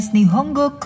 Nihongo